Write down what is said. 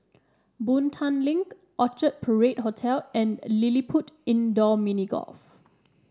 Boon Tat Link Orchard Parade Hotel and LilliPutt Indoor Mini Golf